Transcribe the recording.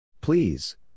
Please